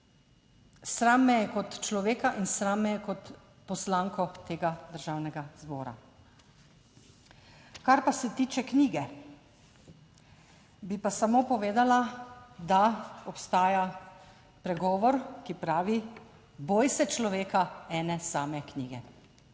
Sram me je kot človeka in sram me je kot poslanko tega Državnega zbora. Kar pa se tiče knjige, bi pa samo povedala, da obstaja pregovor, ki pravi: boj se človeka ene same knjige.